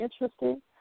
interesting